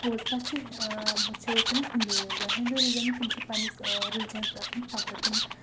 پوٚز پَتہٕ چھِ وٕچھو أسۍ وَنان ہِندوٗ رِلِجَن ہِندوٗ رِلِجَن تِم چھِ پنٛنِس رِلِجَنَس پؠٹھ آسان پَکہٕ تِم